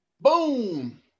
boom